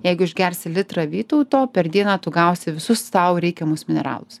jeigu išgersi litrą vytauto per dieną tu gausi visus tau reikiamus mineralus